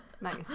Nice